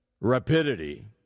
rapidity